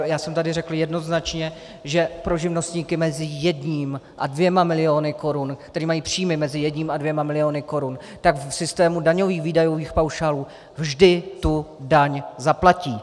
Já jsem tady řekl jednoznačně, že pro živnostníky mezi jedním a dvěma miliony korun, kteří mají příjmy mezi jedním a dvěma miliony korun, tak v systému daňových výdajových paušálů vždy tu daň zaplatí.